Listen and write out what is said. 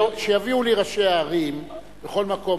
שיביאו לי ראשי הערים בכל מקום,